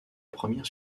première